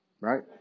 right